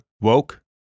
Woke